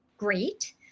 great